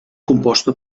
composta